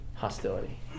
hostility